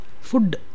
Food